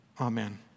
Amen